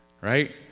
Right